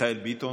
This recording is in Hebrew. מיכאל ביטון,